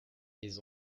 les